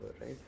right